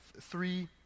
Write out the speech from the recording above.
three